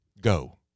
go